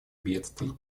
бедствий